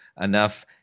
enough